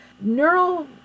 Neural